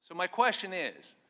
my question is,